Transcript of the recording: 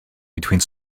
between